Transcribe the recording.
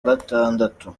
gatandatu